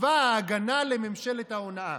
צבא ההגנה לממשלת ההונאה.